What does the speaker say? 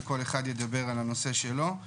וכל אחד ידבר על הנושא שלו.